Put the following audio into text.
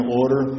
order